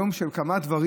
זה יום של כמה דברים,